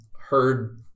heard